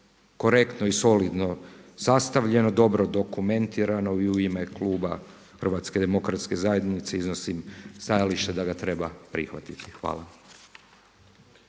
korektno i solidno sastavljeno, dobro dokumentirano i u ime kluba HDZ-a iznosim stajalište da ga treba prihvatiti. Hvala.